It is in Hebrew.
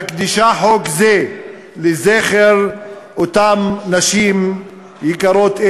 מקדישה חוק זה לזכר אותן נשים יקרות,